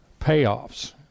payoffs